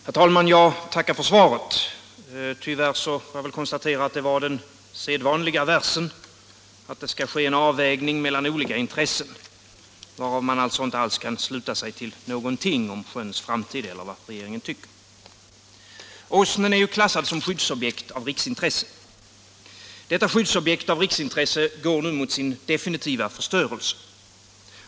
Herr talman! Jag tackar för svaret. Men tyvärr får jag väl konstatera att det var den sedvanliga versen om att det skall ske en avvägning mellan olika intressen, varav man inte alls kan sluta sig till någonting om sjöns framtid eller vad regeringen tycker. Åsnen är klassad som skyddsobjekt av riksintresse. Detta skyddsobjekt av riksintresse går nu mot sin definitiva förstörelse.